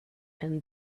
and